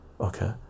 okay